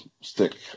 stick